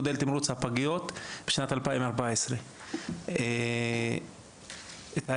מודל תמרוץ הפגיות בשנת 2014. האמת,